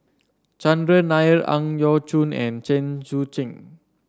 Chandran Nair Ang Yau Choon and Chen Sucheng